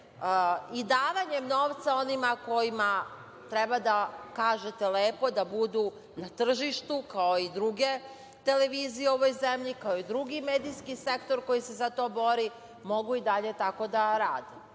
i davanjem novca onima kojima treba da kažete lepo da budu na tržištu kao i druge televizije u ovoj zemlji, kao i drugi medijski sektor koji se za to bori, mogu i dalje tako da